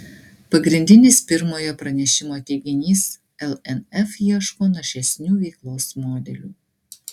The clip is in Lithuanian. pagrindinis pirmojo pranešimo teiginys lnf ieško našesnių veiklos modelių